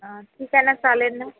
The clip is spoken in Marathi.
ठीक आहे ना चालेल ना